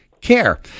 care